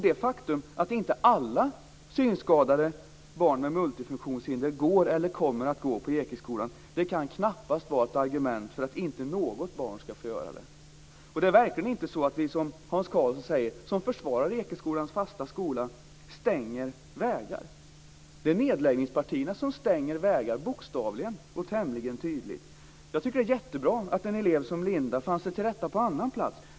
Det faktum att inte alla synskadade barn med multifunktionshinder går eller kommer att gå på Ekeskolan kan knappast vara ett argument för att inte något barn ska få göra det. Det är verkligen inte som Hans Karlsson hävdar, nämligen att vi som försvarar Ekeskolan stänger vägar. Det är nedläggningspartierna som bokstavligen stänger vägar. Det är jättebra att en elev som Linda fann sig till rätta på en annan plats.